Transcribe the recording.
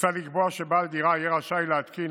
מוצע לקבוע שבעל דירה יהיה רשאי להתקין,